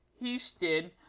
Houston